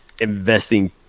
investing